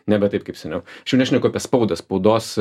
nebe taip kaip seniau aš jau nešneku apie spaudą spaudos